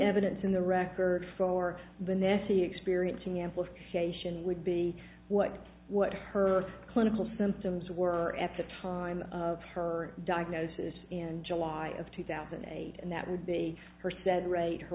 evidence in the record for the nessie experiencing amplification would be what what her clinical symptoms were at the time of her diagnosis in july of two thousand and eight and that would be her said rate